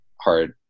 hard